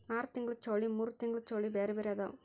ಆರತಿಂಗ್ಳ ಚೌಳಿ ಮೂರತಿಂಗ್ಳ ಚೌಳಿ ಬ್ಯಾರೆ ಬ್ಯಾರೆ ಅದಾವ